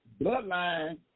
bloodline